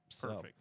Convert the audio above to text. perfect